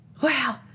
wow